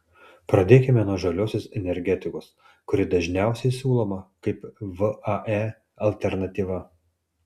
pradėkime nuo žaliosios energetikos kuri dažniausiai siūloma kaip vae alternatyva